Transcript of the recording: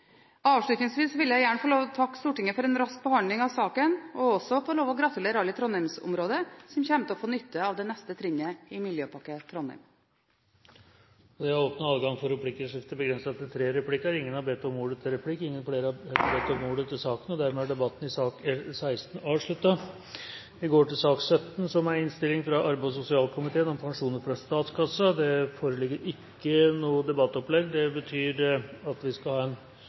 Avslutningsvis vil jeg gjerne få lov til å takke Stortinget for en rask behandling av saken og også gratulere alle i Trondheims-området som kommer til å få nytte av det neste trinnet i Miljøpakke Trondheim. Flere har ikke bedt om ordet til sak nr. 16. Det foreligger ikke noe debattopplegg. Det betyr at vi skal ha